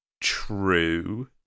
true